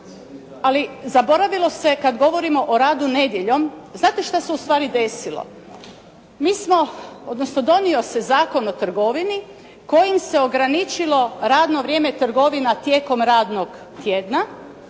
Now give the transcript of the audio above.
ali zaboravilo se kada govorimo radu nedjeljom, znate što se ustvari desilo. Mi smo, odnosno donio se Zakon o trgovini kojim se ograničilo radno vrijeme trgovina tijekom radnog tjedna,